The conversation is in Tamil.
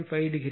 5 டிகிரி